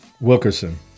Wilkerson